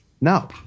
no